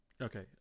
okay